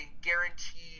guaranteed